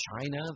China